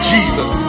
Jesus